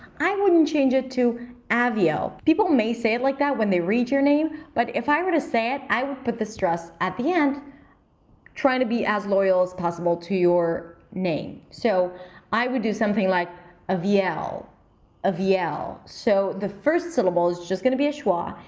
i wouldn't change it to aviel. people may say it like that when they read your name, but if i were to say it i would put the stress at the end trying to be as loyal as possible to your name. so i would do something like ah aviel aviel yeah so the first syllable is just gonna be a schwa,